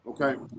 okay